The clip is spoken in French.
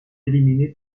éliminé